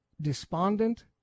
despondent